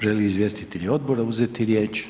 Želi li izvjestitelji odbora uzeti riječ?